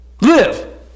Live